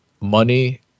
money